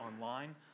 online